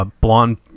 blonde